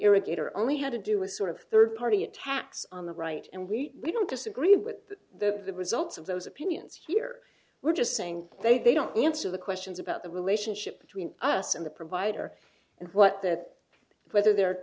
irrigator only had to do with sort of third party attacks on the right and we don't disagree with the results of those opinions here we're just saying they don't answer the questions about the relationship between us and the provider and what that whether their